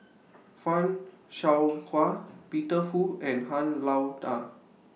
fan Shao Hua Peter Fu and Han Lao DA